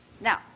Now